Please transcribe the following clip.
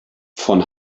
von